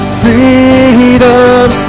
freedom